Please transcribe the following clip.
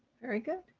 very good.